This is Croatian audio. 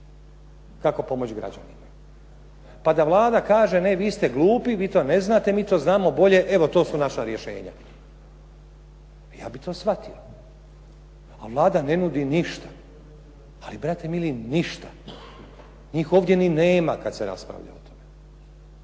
kako pomoći građanima. Pa da Vlada kaže, ne vi ste glupi, vi to ne znate, mi to znamo bolje, evo to su naša rješenja. Ja bih to shvatio. Ali Vlada ne nudi ništa, ali brate mili ništa. Njih ovdje ni nema kad se raspravlja o tome.